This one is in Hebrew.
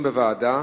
בוועדה.